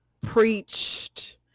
preached